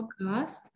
podcast